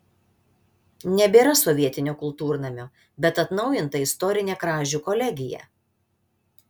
nebėra sovietinio kultūrnamio bet atnaujinta istorinė kražių kolegija